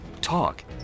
Talk